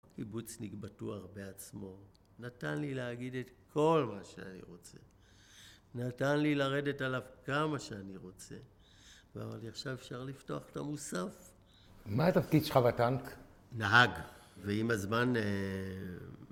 קיבוצניק בטוח בעצמו, נתן לי להגיד את כל מה שאני רוצה, נתן לי לרדת עליו כמה שאני רוצה ועכשיו אפשר לפתוח את המוסף? מה התפקיד שלך בטנק? נהג, ועם הזמן...